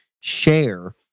share